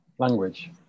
Language